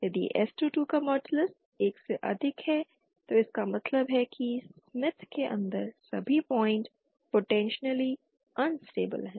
यदि s22 का modulus 1 से अधिक है तो इसका मतलब है कि स्मिथ के अंदर सभी पॉइंट पोटेंशियली अनस्टेबिल हैं